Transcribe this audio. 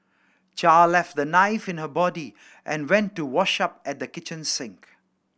Char left the knife in her body and went to wash up at the kitchen sink